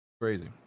Crazy